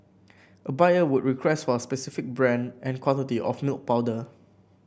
a buyer would request for a specific brand and quantity of milk powder